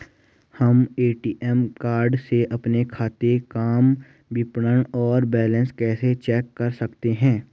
हम ATM card से अपने खाते काम विवरण और बैलेंस कैसे चेक कर सकते हैं?